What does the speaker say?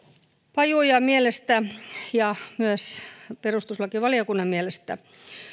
pajuojan mielestä ja myös perustuslakivaliokunnan mielestä